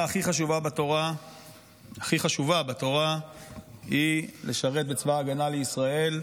נוכחת, חברת הכנסת גלית דיסטל אטבריאן,